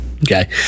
Okay